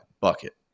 bucket